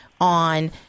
on